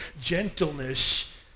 gentleness